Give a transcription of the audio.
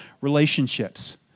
relationships